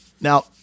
Now